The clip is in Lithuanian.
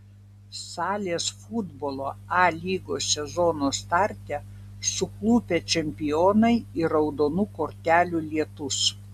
salės futbolo a lygos sezono starte suklupę čempionai ir raudonų kortelių lietus